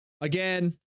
again